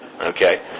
Okay